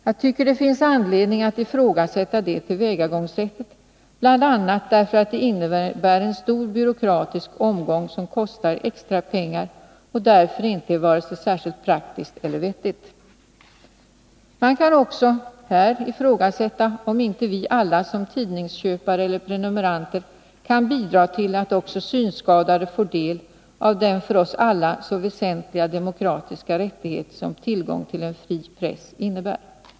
Jag tycker det finns anledning att ifrågasätta det tillvägagångssättet, bl.a. därför att det innebär en stor byråkratisk omgång, som kostar extra pengar, och därför inte är vare sig särskilt praktiskt eller vettigt. Man kan också här ifrågasätta om vi inte alla som tidningsköpare eller prenumeranter kan bidra till att också synskadade får del av den för oss alla så väsentliga demokratiska rättighet som tillgång till en fri press innebär.